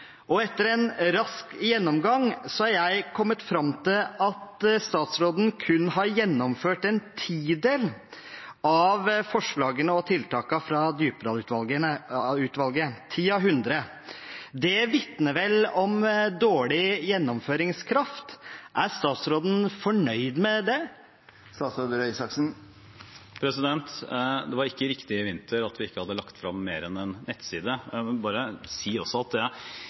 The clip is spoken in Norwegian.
Etter en rask gjennomgang er jeg kommet fram til at statsråden har gjennomført kun én tidel av forslagene og tiltakene fra Djupedal-utvalget, ti av hundre. Det vitner vel om dårlig gjennomføringskraft. Er statsråden fornøyd med det? Det er ikke riktig at vi i vinter ikke hadde lagt frem mer enn en nettside. Jeg vil også si at det